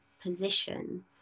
position